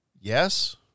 yes